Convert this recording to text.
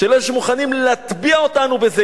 של אלה שמוכנים להטביע אותנו בזה,